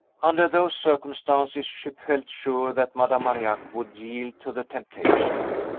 under those circumstances, she felt sure that madame marillac would yield to the temptation.